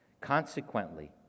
Consequently